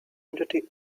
entity